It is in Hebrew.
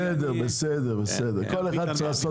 בסדר, בסדר, כל אחד שיעשה את העבודה שלו.